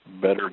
better